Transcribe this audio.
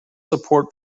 support